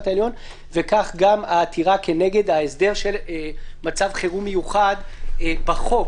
העליון וכך גם העתירה כנגד ההסדר של מצב חירום מיוחד בחוק,